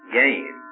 gain